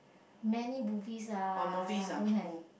many movies lah don't have